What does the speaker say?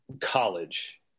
college